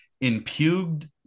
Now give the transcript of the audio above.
impugned